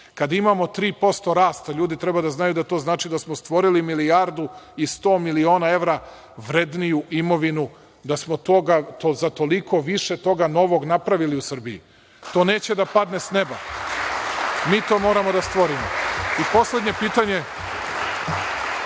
Kada imamo 3% rasta, ljudi treba da znaju da to znači da smo stvorili milijardu i 100 miliona evra vrednu imovinu, da smo za toliko više toga novog napravili u Srbiji. To neće da padne sa neba, mi to moramo da stvorimo. Poslednje pitanje